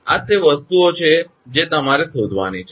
આ તે વસ્તુઓ છે જે તમારે શોધવાની છે